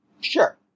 Sure